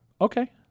Okay